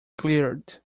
cleared